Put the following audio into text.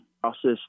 process